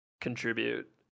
contribute